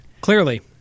Clearly